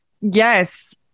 yes